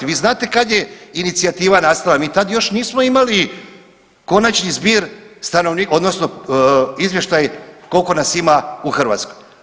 Vi znate kad je inicijativa nastala, mi tad još nismo imali konačni zbir stanovnika odnosno izvještaj koliko nas ima u Hrvatskoj.